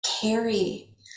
carry